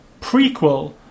prequel